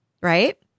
right